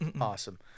Awesome